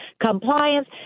compliance